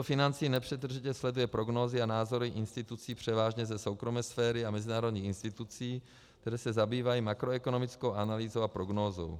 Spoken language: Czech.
Ministerstvo financí nepřetržitě sleduje prognózy a názory institucí převážně ze soukromé sféry a mezinárodních institucí, které se zabývají makroekonomickou analýzou a prognózou.